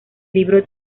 libro